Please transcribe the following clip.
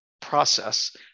process